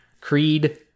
Creed